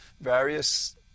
various